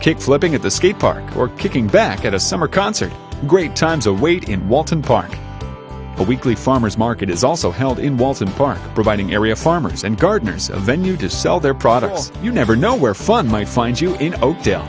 kick flipping at the skate park or kicking back at a summer concert great times await in walton park a weekly farmer's market is also held in walton park providing area farmers and gardeners a venue to sell their products you never know where fun might find you in oakdale